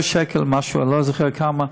100 שקל או משהו, אני לא זוכר כמה.